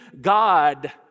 God